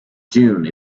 june